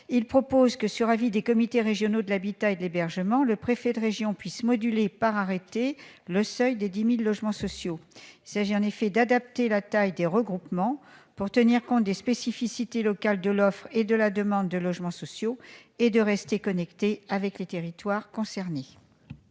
de région, sur avis des comités régionaux de l'habitat et de l'hébergement, de moduler par arrêté le seuil des 10 000 logements sociaux. Il s'agit d'adapter la taille des regroupements, pour tenir compte des spécificités locales de l'offre et de la demande de logements sociaux, et de rester connecté avec les territoires concernés.